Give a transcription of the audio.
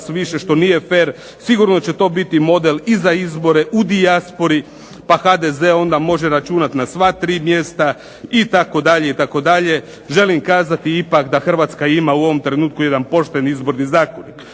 više što nije fer. Sigurno će to biti model i za izbore u dijaspori pa HDZ onda može računati na sva 3 mjesta itd. Želim kazati ipak da Hrvatska ima u ovom trenutku jedan pošteni izborni zakonik.